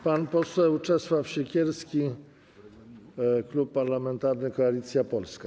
Pan poseł Czesław Siekierski, Klub Parlamentarny Koalicja Polska.